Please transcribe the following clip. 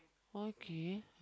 okay